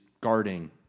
guarding